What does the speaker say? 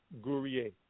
Gourier